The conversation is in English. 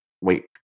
wait